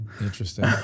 Interesting